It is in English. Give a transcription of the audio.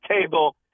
table